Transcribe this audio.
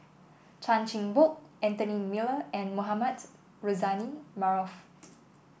Chan Chin Bock Anthony Miller and Mohamed Rozani Maarof